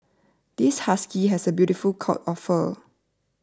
this husky has a beautiful coat of fur